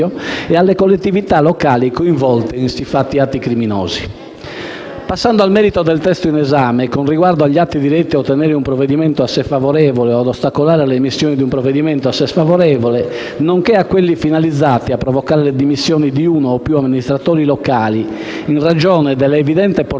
e alle collettività locali coinvolte in siffatti atti criminosi. Passando al merito del testo in esame, con riguardo agli atti diretti ad ottenere un provvedimento a sé favorevole o ad ostacolare l'emissione di un provvedimento a sé sfavorevole, nonché a quelli finalizzati a provocare le dimissioni di uno o più amministratori locali, in ragione della evidente portata